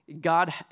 God